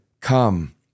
Come